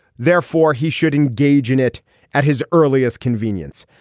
therefore he should engage in it at his earliest convenience.